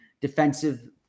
defensive